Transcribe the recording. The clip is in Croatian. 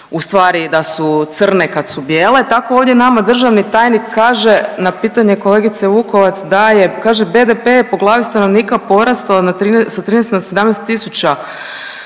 u stvari da su crne kad su bijele. Tako ovdje nama državni tajnik kaže na pitanje kolegice Vukovac da je kaže BDP je po glavi stanovnika porastao sa 13 na 17.000